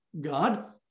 God